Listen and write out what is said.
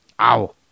Ow